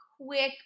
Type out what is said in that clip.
quick